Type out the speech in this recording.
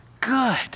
good